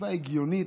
מצווה הגיונית,